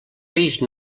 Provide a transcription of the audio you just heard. peix